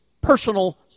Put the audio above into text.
personal